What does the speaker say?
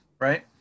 right